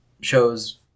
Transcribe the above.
Shows